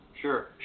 Sure